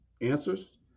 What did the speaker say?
answers